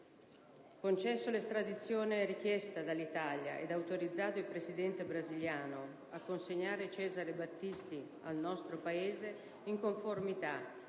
concesso l'estradizione richiesta dall'Italia e autorizzato il Presidente della Repubblica brasiliana a consegnare Cesare Battisti al nostro Paese in conformità